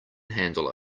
handle